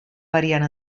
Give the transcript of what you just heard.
variant